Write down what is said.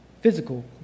physical